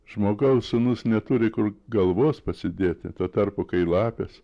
žmogaus sūnus neturi kur galvos pasidėti tuo tarpu kai lapės